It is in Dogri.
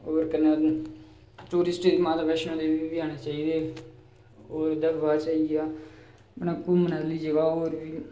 ते होर कन्नै टुरिस्ट मां वैष्णो देवी बी आना चाहिदे ते ओह्दे कशा बाद आई गेआ घुम्मने आह्ली जगह होर बी